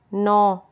नौ